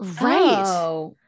Right